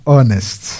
Honest